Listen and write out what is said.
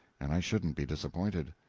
and i shouldn't be disappointed.